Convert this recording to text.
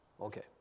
Okay